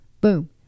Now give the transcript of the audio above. boom